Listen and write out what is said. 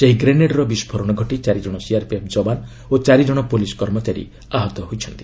ସେହି ଗ୍ରେନେଡ୍ର ବିସ୍ଫୋରଣ ଘଟି ଚାରିଜଣ ସିଆର୍ପିଏଫ୍ ଯବାନ ଓ ଚାରି କବଣ ପୁଲିସ୍ କର୍ମଚାରୀ ଆହତ ହୋଇଥିଲେ